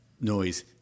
noise